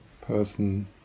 person